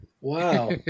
Wow